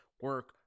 Work